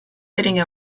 sitting